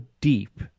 deep